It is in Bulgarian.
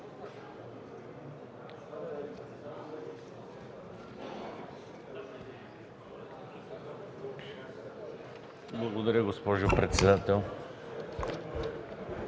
Благодаря, госпожо председател.